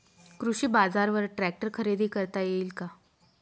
कृषी बाजारवर ट्रॅक्टर खरेदी करता येईल का?